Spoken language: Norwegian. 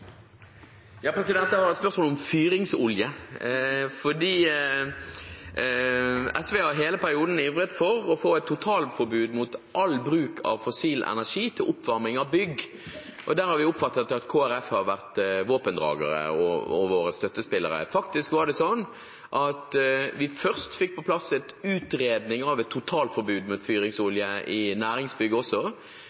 ja, vi kunne selvfølgelig ha fått gjennomslag i klimapolitikken i et samarbeid med Arbeiderpartiet og det andre flertallet i denne salen, men når det er sagt, handler samarbeid om langt mer enn klimapolitikken. Jeg har et spørsmål om fyringsolje. SV har i hele perioden ivret for å få et totalforbud mot all bruk av fossil energi til oppvarming av bygg. Der har vi oppfattet at Kristelig Folkeparti har vært